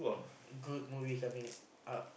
good movies I mean up